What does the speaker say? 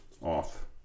off